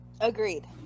Agreed